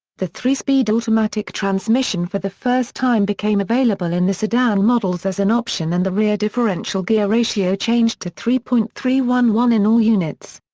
the three-speed automatic transmission for the first time became available in the sedan models as an option and the rear differential gear ratio changed to three point three one one in all units.